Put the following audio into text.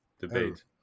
debate